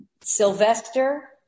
Sylvester